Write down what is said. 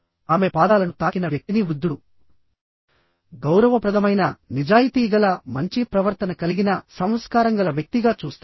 ఆమె పాదాలను తాకిన వ్యక్తిని వృద్ధుడు గౌరవప్రదమైననిజాయితీగలమంచి ప్రవర్తన కలిగిన సంస్కారంగల వ్యక్తిగా చూస్తాడు